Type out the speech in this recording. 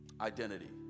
identity